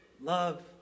love